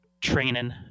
training